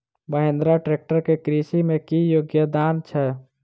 Mahindra tractor केँ कृषि मे की योगदान छै?